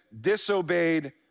disobeyed